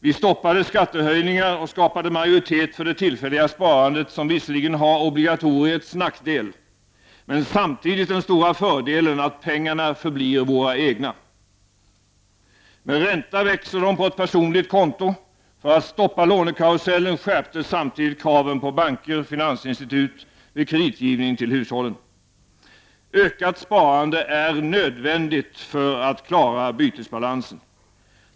Vi stoppade skattehöjningar och skapade majoritet för det tillfälliga sparandet, som visserligen har obligatoriets nackdel, men samtidigt den stora fördelen att pengarna förblir våra egna. Med ränta växer de på ett personligt konto. För att stoppa lånekarusellen skärptes samtidigt kraven på banker och finansinstitut vid kreditgivning till hushållen. Ökat sparande är nödvändigt för att klara bytesbalansen.